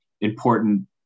important